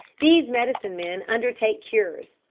these medicine-men undertake cures,